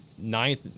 Ninth